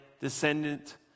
descendant